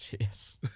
yes